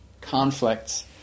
conflicts